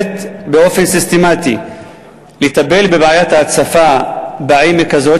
באופן סיסטמטי לטפל בבעיית ההצפה בעמק הזה,